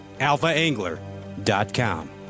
alphaangler.com